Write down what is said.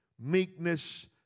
meekness